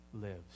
lives